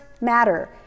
matter